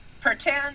Pretend